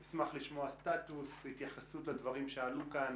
אני אשמח לשמוע סטטוס והתייחסות לדברים שעלו כאן,